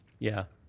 yeah.